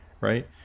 right